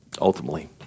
Ultimately